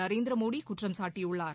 நரேந்திர மோடி குற்றம் சாட்டியுள்ளார்